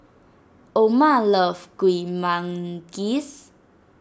Oma loves Kuih Manggis